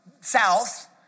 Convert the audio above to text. south